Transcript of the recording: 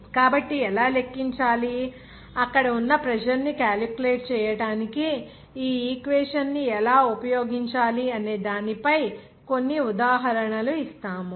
కాబట్టి ఎలా లెక్కించాలి అక్కడ ఉన్న ప్రెజర్ ని క్యాలిక్యులేట్ చేయడానికి ఈ ఈక్వేషన్ ని ఎలా ఉపయోగించాలి అనే దానిపై కొన్ని ఉదాహరణలు ఇస్తాము